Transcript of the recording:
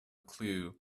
clue